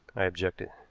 i objected.